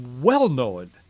well-known